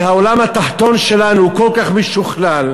העולם התחתון שלנו הוא כל כך משוכלל,